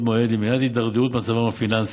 מועד למניעת ההידרדרות במצבם הפיננסי.